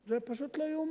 זה היה פשוט, לא ייאמן.